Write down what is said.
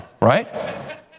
Right